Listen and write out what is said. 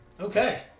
Okay